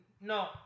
No